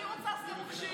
אני רוצה שדה מוקשים.